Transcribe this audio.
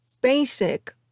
basic